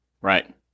right